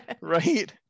Right